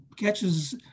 catches